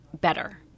better